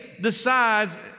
decides